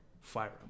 Fire